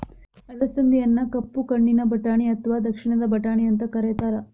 ಅಲಸಂದಿಯನ್ನ ಕಪ್ಪು ಕಣ್ಣಿನ ಬಟಾಣಿ ಅತ್ವಾ ದಕ್ಷಿಣದ ಬಟಾಣಿ ಅಂತ ಕರೇತಾರ